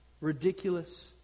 Ridiculous